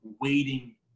waiting